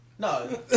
No